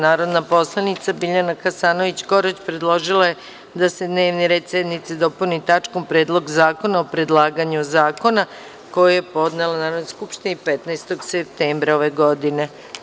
Narodni poslanik Biljana Hasanović Korać predložila je da se dnevni red sednice dopuni tačkom – Predlog zakona o predlaganju zakona, koji je podnela Narodnoj skupštini 15. septembra ove godine.